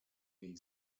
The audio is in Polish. jej